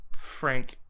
frank